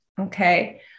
Okay